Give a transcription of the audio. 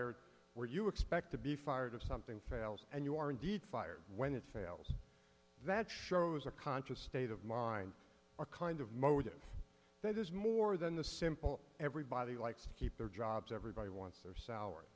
fired where you expect to be fired if something fails and you are indeed fired when it fails that shows a conscious state of mind or kind of motive that is more than the simple everybody likes to keep their jobs everybody wants their s